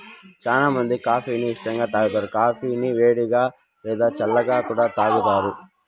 చానా మంది కాఫీ ని ఇష్టంగా తాగుతారు, కాఫీని వేడిగా, లేదా చల్లగా కూడా తాగుతారు